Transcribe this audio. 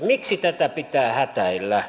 miksi tätä pitää hätäillä